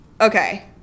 okay